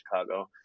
Chicago